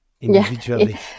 individually